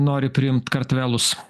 nori priimt kartvelus